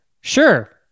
sure